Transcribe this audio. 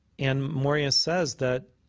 and morya says that